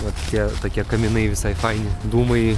vat tokie tokie kaminai visai faini dūmai